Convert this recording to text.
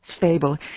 fable